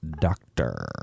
doctor